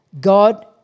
God